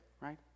right